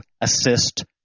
assist